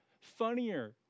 funnier